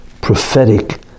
prophetic